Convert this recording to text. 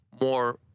more